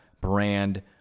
Brand